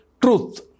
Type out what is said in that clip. truth